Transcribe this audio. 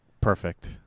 Perfect